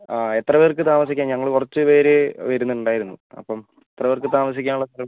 ആ എത്ര പേർക്ക് താമസിക്കാം ഞങ്ങൾ കൊറച്ചു പേർ വരുന്നുണ്ടായിരുന്നു അപ്പം എത്ര പേർക്ക് താമസിക്കാനുള്ള സ്ഥലം